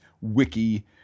wiki